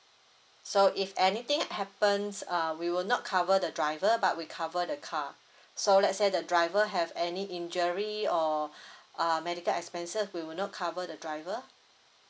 so if anything happens uh we will not cover the driver but we cover the car so let's say the driver have any injury or uh medical expenses we will not cover the driver